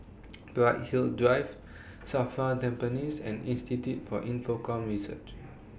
Bright Hill Drive SAFRA Tampines and Institute For Infocomm Research